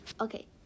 okay